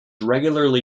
regularly